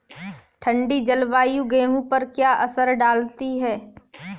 ठंडी जलवायु गेहूँ पर क्या असर डालती है?